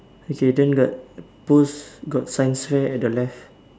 okay then the post got science fair at the left